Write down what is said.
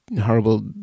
horrible